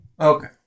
Okay